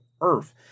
earth